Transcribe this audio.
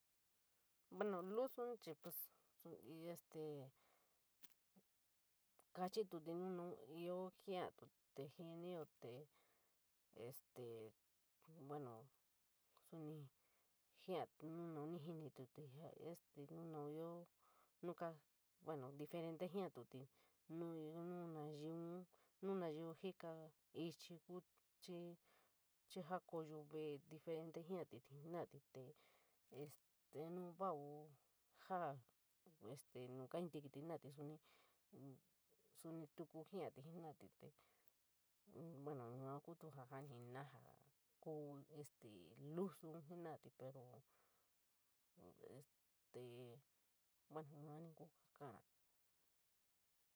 Buuno lusoun chií pues, y este kachitutit nu noun íoo jatiut te jinito te este buuno suní, jatiut te la este nu noun íoo nu kuu, buuno diferente jatiut nu nu majion ñika ichií ku chií pontouyo vele diferente jiaotuuti jenoratií te este xoo uuu jatiut nu kainotutit jenoratií te sou touku jiatit te buuno yuu kuu ja janiñ ñino kuu lusou jenarúti pero este buuno yuuní kuu jaa kadara.